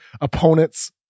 opponents